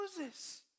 Moses